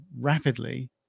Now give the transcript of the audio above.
rapidly